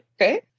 Okay